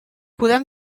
podem